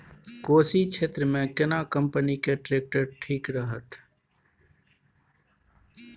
कोशी क्षेत्र मे केना कंपनी के ट्रैक्टर ठीक रहत?